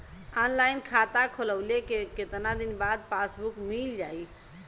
Online खाता खोलवईले के कितना दिन बाद पासबुक मील जाई?